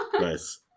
Nice